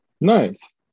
Nice